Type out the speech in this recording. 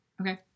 Okay